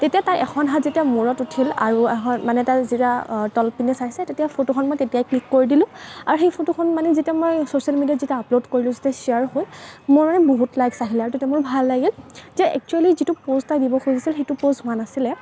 তেতিয়া তাইৰ এখন হাত যেতিয়া মূৰত উঠিল আৰু মানে তাই যেতিয়া তলপিনে চাইছে তেতিয়া ফটোখন মই তেতিয়াই ক্লিক কৰি দিলোঁ আৰু সেই ফটোখন মানে যেতিয়া মই ছ'চিয়েল মিডিয়াত যেতিয়া আপলোড কৰিলোঁ যেতিয়া ছেয়াৰ হ'ল মোৰ বহুত লাইক্ছ আহিলে আৰু তেতিয়া মোৰ ভাল লাগিল যে এক্সুৱেলি যিটো প'জ তাই দিব খুজিছিল সেইটো প'জ হোৱা নাছিলে